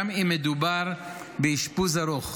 גם אם מדובר באשפוז ארוך.